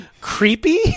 creepy